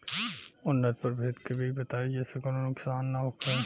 उन्नत प्रभेद के बीज बताई जेसे कौनो नुकसान न होखे?